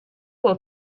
will